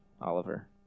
Oliver